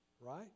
right